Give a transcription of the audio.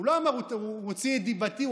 הוא לא אמר: הוא הוציא את דיבתי.